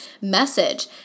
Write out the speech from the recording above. message